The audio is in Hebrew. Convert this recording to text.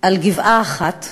על גבעה אחת,